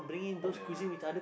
ya